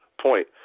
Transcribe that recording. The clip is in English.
point